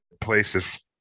places